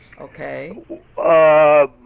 Okay